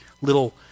little